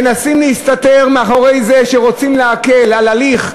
מנסים להסתתר מאחורי זה שרוצים להקל הליך,